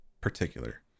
particular